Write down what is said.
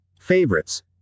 Favorites